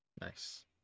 Nice